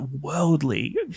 worldly